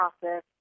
process